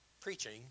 preaching